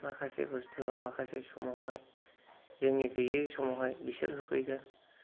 माखासे बुस्थुआ माखासे समावहाय जोंनि गैयै समावहाय बिसोर होफैगोन